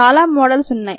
చాలా మోడల్స్ ఉన్నాయి